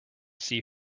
see